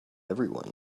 everyone